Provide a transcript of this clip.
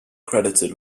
credited